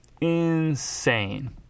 Insane